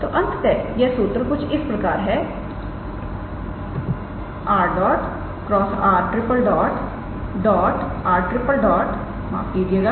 तो अंततः यह सूत्र कुछ इस प्रकार है 𝑟̇ × 𝑟̈ 𝑟⃛